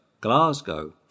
Glasgow